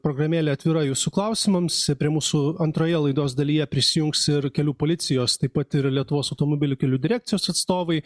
programėlė atvira jūsų klausimams prie mūsų antroje laidos dalyje prisijungs ir kelių policijos taip pat ir lietuvos automobilių kelių direkcijos atstovai